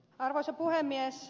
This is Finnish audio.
arvoisa puhemies